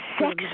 sex